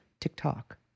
TikTok